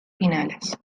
finales